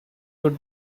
would